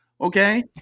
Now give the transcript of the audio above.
Okay